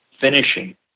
finishing